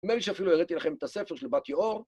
נדמה לי שאפילו הראתי לכם את הספר של בת יאור.